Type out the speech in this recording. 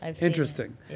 Interesting